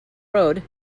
road